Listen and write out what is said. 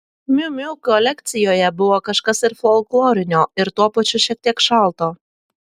miu miu kolekcijoje buvo kažkas ir folklorinio ir tuo pačiu šiek tiek šalto